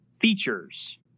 features